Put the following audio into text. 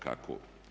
Kako?